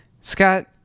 Scott